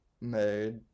made